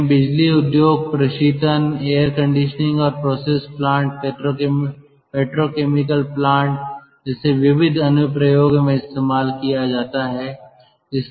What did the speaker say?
उन्हें बिजली उद्योग प्रशीतन एयर कंडीशनिंग और प्रोसेस प्लांट पेट्रोकेमिकल प्लांट जैसे विविध अनुप्रयोगों में इस्तेमाल किया जाता हैं